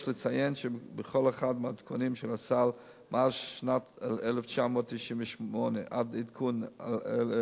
יש לציין שבכל אחד מהעדכונים של הסל מאז שנת 1998 עד 2011,